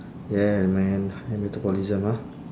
yeah man high metabolism ah